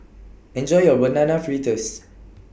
Enjoy your Banana Fritters